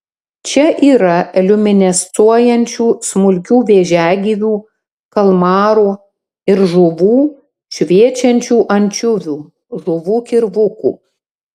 čia yra liuminescuojančių smulkių vėžiagyvių kalmarų ir žuvų šviečiančių ančiuvių žuvų kirvukų